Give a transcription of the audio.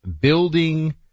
building